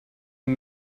and